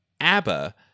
ABBA